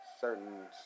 certain